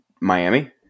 Miami